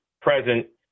present